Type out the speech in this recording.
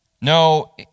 No